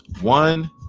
one